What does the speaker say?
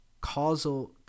causal